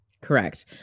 Correct